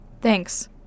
Thanks